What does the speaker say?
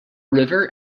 river